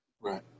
Right